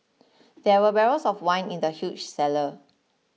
there were barrels of wine in the huge cellar